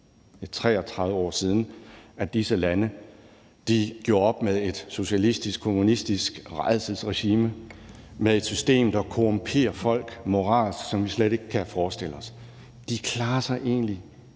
33 år siden, at disse lande gjorde op med et socialistisk-kommunistisk rædselsregime, med et system, der korrumperer folk moralsk, som vi slet ikke kan forestille os, men alligevel